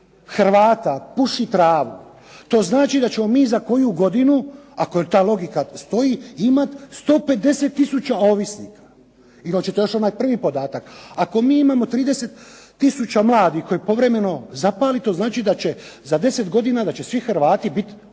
Hrvata puši travu, to znači da ćemo mi za koju godinu, ako ta logika stoji, imati 150 tisuća ovisnika. Ili hoćete onaj prvi podatak. Ako mi imamo 30 tisuća mladih koji povremeno zapale, znači da će za 10 godina svi Hrvati biti teški